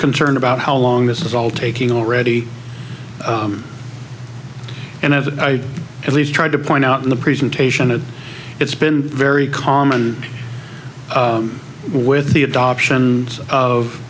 concerned about how long this is all taking already and have i at least tried to point out in the presentation it it's been very common with the adoption of